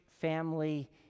family